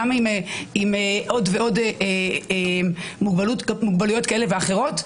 גם עם מוגבלויות כאלה ואחרות,